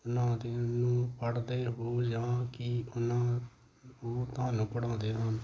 ਉਹਨਾਂ ਨੂੰ ਪੜ੍ਹਦੇ ਹੋ ਜਾਂ ਕਿ ਉਹਨਾਂ ਉਹ ਤੁਹਾਨੂੰ ਪੜ੍ਹਾਉਂਦੇ ਹਨ